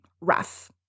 rough